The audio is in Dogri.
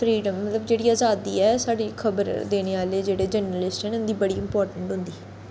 फ्रीडम मतलब जेह्ड़ी अजादी ऐ साढ़े खबर देने आह्ले जेह्ड़े जर्नलिस्ट इं'दी बड़ी इंपाटैंट होंदी